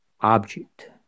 object